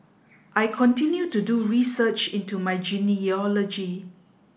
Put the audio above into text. I continue to do research into my genealogy